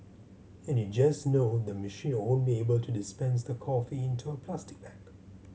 and you just know the machine won't be able to dispense the coffee into a plastic bag